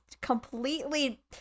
completely